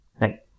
Right